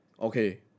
Okay